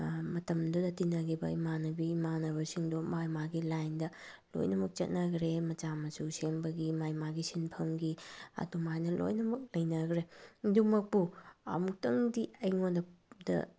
ꯃꯇꯝꯗꯨꯗ ꯇꯤꯟꯅꯈꯤꯕ ꯏꯃꯥꯟꯅꯕꯤ ꯏꯃꯥꯟꯅꯕꯁꯤꯡꯗꯣ ꯃꯥꯒꯤ ꯃꯥꯒꯤ ꯂꯥꯏꯟꯗ ꯂꯣꯏꯅꯃꯛ ꯆꯠꯅꯈ꯭ꯔꯦ ꯃꯆꯥ ꯃꯁꯨ ꯁꯦꯝꯕꯒꯤ ꯃꯥꯒꯤ ꯃꯥꯒꯤ ꯁꯤꯟꯐꯝꯒꯤ ꯑꯗꯨꯃꯥꯏꯅ ꯂꯣꯏꯅꯃꯛ ꯂꯩꯅꯈ꯭ꯔꯦ ꯑꯗꯨꯃꯛꯄꯨ ꯑꯃꯨꯛꯇꯪꯗꯤ ꯑꯩꯉꯣꯟꯗ